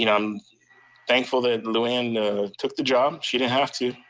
you know i'm thankful that lou anne took the job. she didn't have to.